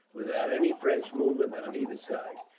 without any fresh movement on either side.